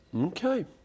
Okay